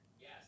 Yes